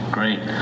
Great